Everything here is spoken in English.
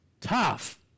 Tough